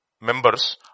members